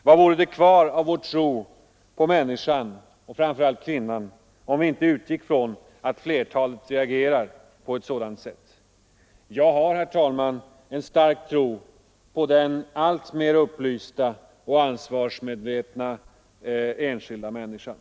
Vad vore det kvar av vår tro på människan och framför allt på kvinnan om vi inte utgick ifrån att flertalet reagerar på ett sådant sätt? Jag har, herr talman, en stark tro på den alltmer upplysta och ansvarsmedvetna enskilda människan.